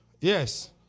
Yes